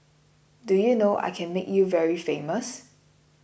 do you know I can make you very famous